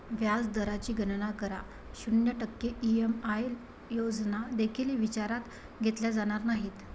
व्याज दराची गणना करा, शून्य टक्के ई.एम.आय योजना देखील विचारात घेतल्या जाणार नाहीत